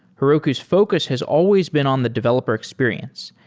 heroku's focus has always been on the developer experience,